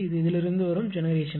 இது இதிலிருந்து வரும் ஜெனெரேஷன்